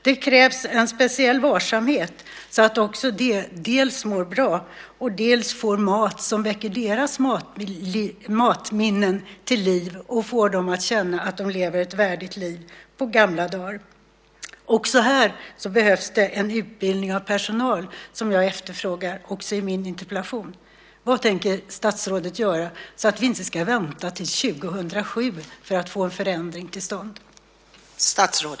Det krävs en speciell varsamhet så att de dels mår bra, dels får mat som väcker deras matminnen till liv och får dem att känna att de lever ett värdigt liv på gamla dagar. Också här behövs det utbildning av personal, som jag också efterfrågar i min interpellation. Vad tänker statsrådet göra för att vi inte ska behöva vänta till 2007 för att få en förändring till stånd?